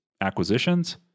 acquisitions